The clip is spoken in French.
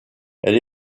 elle